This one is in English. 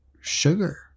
sugar